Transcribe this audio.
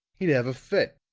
he'd have a fit!